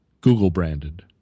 Google-branded